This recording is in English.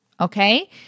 Okay